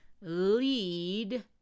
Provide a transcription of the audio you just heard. lead